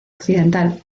occidental